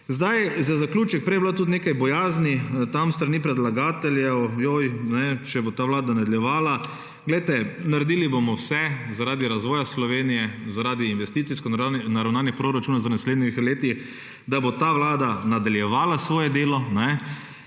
Zdaj za zaključek, prej je bilo tudi nekaj bojazni tam s strani predlagateljev, joj, če bo ta vlada nadaljevala, glejte, naredili bomo vse zaradi razvoja Slovenije, zaradi investicijsko naravnanih proračunov za naslednji dve leti, da bo ta vlada nadaljevala svoje delo